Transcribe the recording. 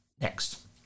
Next